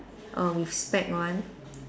err with spec one